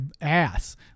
ass